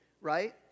right